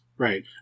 Right